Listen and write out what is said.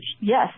yes